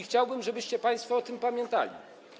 Chciałbym, żebyście państwo o tym pamiętali.